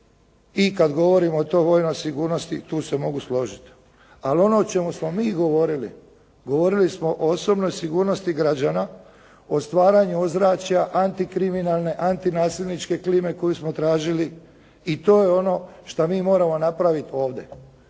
i kad govorimo o toj vojnoj sigurnosti, tu se mogu složiti. Ali ono o čemu smo mi govorili, govorili smo o osobnoj sigurnosti građana, o stvaranju ozračja antikriminalne, antinasilničke klime koju smo tražili i to je ono što mi moramo napraviti ovdje.